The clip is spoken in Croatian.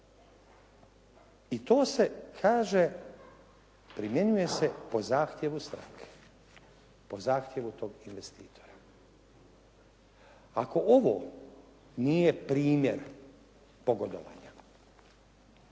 I to se kaže primjenjuje se po zahtjevu stranke. Po zahtjevu tog investitora. Ako ovo nije primjer pogodovanja